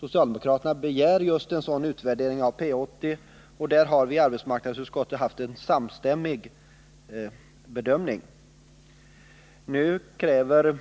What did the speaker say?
Socialdemokraterna begär just en sådan utvärdering av Projekt 80, och där har vi i arbetsmarknadsutskottet haft en samstämmig uppfattning. Nu kräver